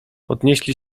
podnieśli